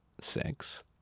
Six